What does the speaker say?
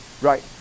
Right